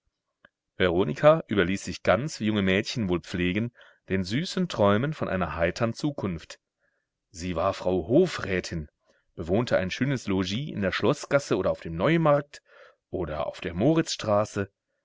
veronika überließ sich ganz wie junge mädchen wohl pflegen den süßen träumen von einer heitern zukunft sie war frau hofrätin bewohnte ein schönes logis in der schloßgasse oder auf dem neumarkt oder auf der